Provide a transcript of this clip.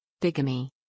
Bigamy